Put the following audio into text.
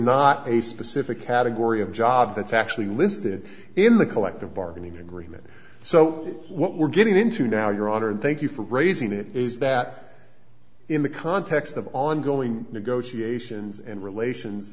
not a specific category of jobs that's actually listed in the collective bargaining agreement so what we're getting into now your honor and thank you for raising it is that in the context of ongoing negotiations and relations